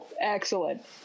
Excellent